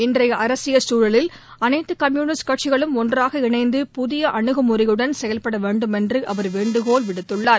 இன்றைய அரசியல் சூழலில் அனைத்து கம்யூனிஸ்ட் கட்சிகளும் ஒன்றாக இணைந்து புதிய அனுகு முறையுடன் செயல்பட வேண்டும் என்று அவர் வேண்டுகோள் விடுத்துள்ளார்